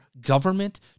government